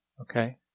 Okay